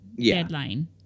deadline